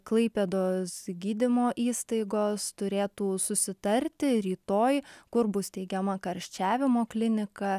klaipėdos gydymo įstaigos turėtų susitarti rytoj kur bus steigiama karščiavimo klinika